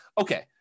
Okay